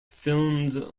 filmed